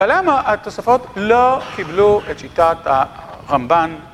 ולמה התוספות לא קיבלו את שיטת הרמב"ן?